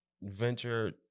venture